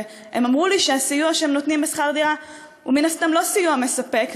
והם אמרו לי שהסיוע שהם נותנים בשכר דירה הוא מן הסתם לא סיוע מספק,